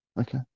Okay